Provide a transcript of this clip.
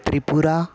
Tripura